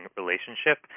relationship